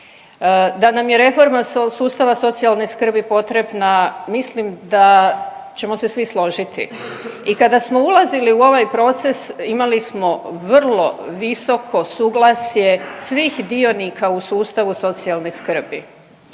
Da nam je reforma sustava socijalne skrbi potrebna mislim da ćemo se svi složiti. I kada smo ulazili u ovaj proces imali smo vrlo visoko suglasje svih dionika u sustavu socijalne skrbi.